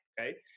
Okay